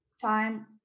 time